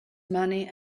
money